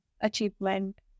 achievement